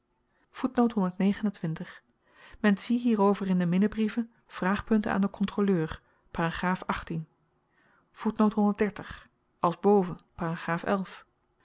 men zie hierover in de minnebrieven vraagpunten aan den kontroleur als